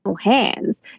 hands